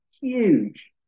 huge